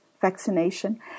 vaccination